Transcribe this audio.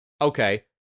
Okay